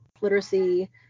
literacy